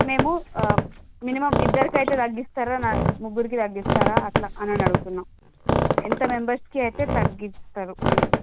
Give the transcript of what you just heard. మేము మినిమం ఇద్దరికి అయితే తగ్గిస్తారా ముగ్గురికి తగ్గిస్తారా అలా అని అడుగుతున్నాను ఎంత మెంబర్స్కి అయితే తగ్గిస్తారు అని